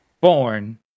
born